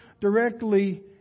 directly